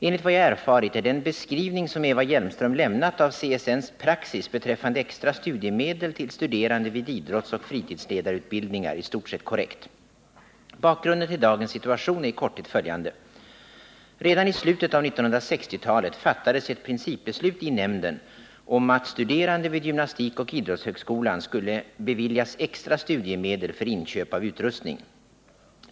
Enligt vad jag erfarit är den beskrivning som Eva Hjelmström lämnat av CSN:s praxis beträffande extra studiemedel till studerande vid idrottsoch fritidsledarutbildningar i stort sett korrekt. Bakgrunden till dagens situation är i korthet följande. Redan i slutet av 1960-talet fattades ett principbeslut i nämnden om att studerande vid gymnastikoch idrottshögskolan skulle beviljas extra studiemedel för inköp av utrustning.